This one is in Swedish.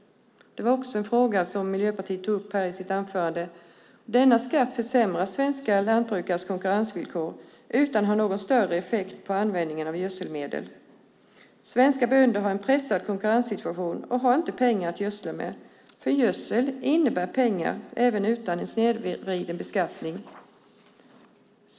Det var en fråga som Miljöpartiets representant tog upp i sitt anförande. Denna skatt försämrar svenska lantbrukares konkurrensvillkor utan att ha någon större effekt på användningen av gödselmedel. Svenska bönder har en pressad konkurrenssituation och har inte pengar att gödsla med, för gödsel innebär pengar även utan en snedvridande beskattning.